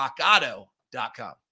rockauto.com